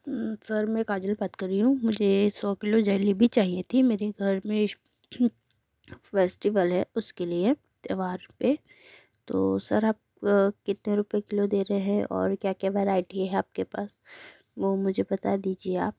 sir मैं काजल बात कर रही हूँ मुझे सौ किलो जलेबी चाहिए थी मेरे घर में फ़ैश्टिवल है उसके लिए त्यौहार पे तो सर आप कितने रुपए किलो दे रहे हैं और क्या क्या वैरायटी है आपके पास वो मुझे बता दीजिए आप